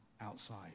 outside